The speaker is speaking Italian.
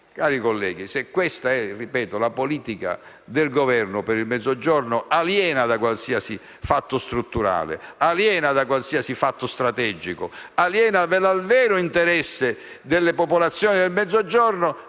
cari colleghi, lo ripeto, se questa è la politica del Governo per il Mezzogiorno, aliena da qualsiasi intervento strutturale, aliena da qualsiasi intervento strategico, aliena dal vero interesse delle popolazioni del Mezzogiorno,